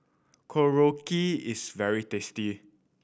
korokke is very tasty